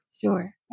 Sure